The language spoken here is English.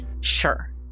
sure